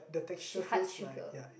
she heart sugar